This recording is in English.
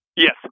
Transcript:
Yes